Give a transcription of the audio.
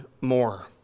more